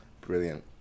Brilliant